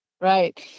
right